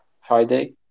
friday